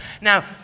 Now